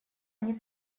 они